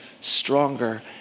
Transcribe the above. stronger